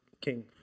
king